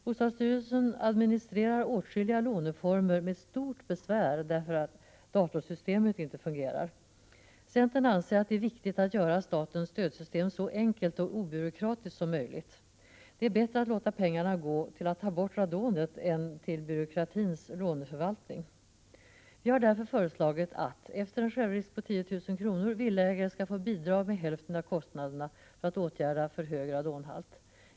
Bostadsstyrelsen administrerar åtskilliga låneformer med stort besvär, därför att datorsystemet inte fungerar. Centern anser att det är viktigt att göra statens stödsystem så enkelt och obyråkratiskt som möjligt. Det är bättre att låta pengarna gå till att ta bort radonet än till byråkratins låneförvaltning. Vi har därför föreslagit att — efter en självrisk på 10 000 kr. — villaägare skall få bidrag med hälften av kostnaderna för att åtgärda för hög radonhalt.